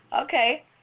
Okay